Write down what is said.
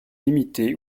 limitée